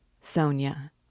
Sonia